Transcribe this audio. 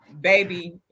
baby